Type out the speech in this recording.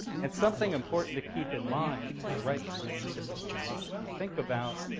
and something important to keep in mind is ripe fruits typically rot. you think about,